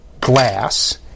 glass